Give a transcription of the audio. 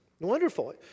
Wonderful